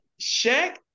Shaq